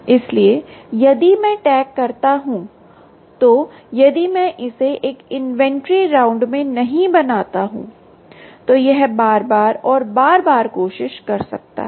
इसलिए यदि मैं टैग करता हूं तो यदि मैं इसे एक इन्वेंट्री राउंड में नहीं बनाता हूं तो यह बार बार और बार बार कोशिश कर सकता है